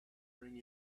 ring